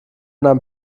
nahm